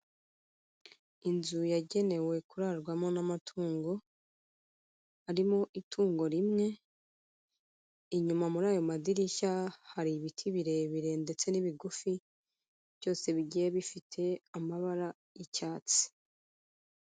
Inzu yagenewe kurarwamo n'amatungo, harimo itungo rimwe inyuma muri ayo madirishya hari ibiti birebire ndetse n'ibigufi byose bigiye bifite amabara y'icyatsi.